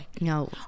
No